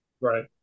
right